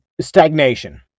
stagnation